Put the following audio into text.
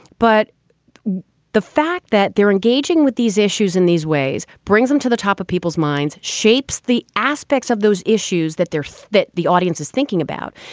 but the fact that they're engaging with these issues in these ways brings them to the top of people's minds, shapes the aspects of those issues that they're that the audience is thinking about.